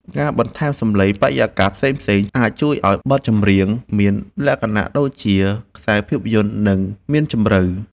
ការបន្ថែមសំឡេងបរិយាកាសផ្សេងៗអាចជួយឱ្យបទចម្រៀងមានលក្ខណៈដូចជាខ្សែភាពយន្ត និង មានជម្រៅ។